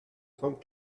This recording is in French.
cent